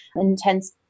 intense